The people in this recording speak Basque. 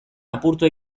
apurtu